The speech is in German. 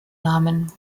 namen